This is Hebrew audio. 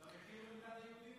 אתה מכיר במדינת היהודים?